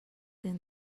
than